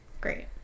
Great